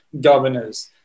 governors